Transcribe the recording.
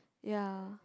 ya